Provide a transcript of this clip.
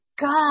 God